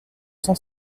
cent